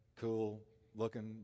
cool-looking